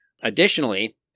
additionally